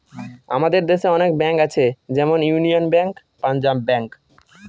আমাদের দেশে অনেক ব্যাঙ্ক আছে যেমন ইউনিয়ান ব্যাঙ্ক, পাঞ্জাব ব্যাঙ্ক